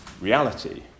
reality